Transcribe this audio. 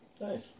Nice